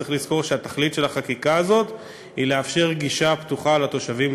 צריך לזכור שהתכלית של החקיקה הזאת היא לאפשר גישה פתוחה לחוף לתושבים,